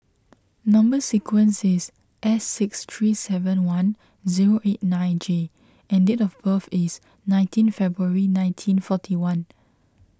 Number Sequence is S six three seven one zero eight nine J and date of birth is nineteen February nineteen forty one